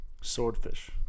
Swordfish